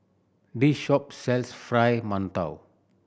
this shop sells Fried Mantou